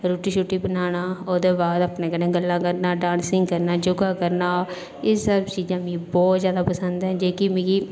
रोटी शुट्टी बनाना ओह्दे बाद अपने कन्नै गल्लां करना डांसिंग करना योगा करना एह् सब चीजां मिगी बहुत ज्यादा पसंद ऐ जेहकी मिगी